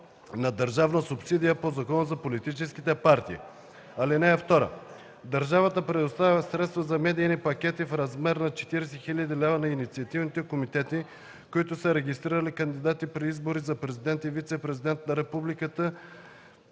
на държавна субсидия по Закона за политическите партии. (2) Държавата предоставя средства за медийни пакети в размер на 40 000 лв. на инициативните комитети, които са регистрирали кандидати при избори за президент и вицепрезидент на републиката